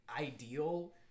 ideal